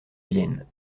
vienne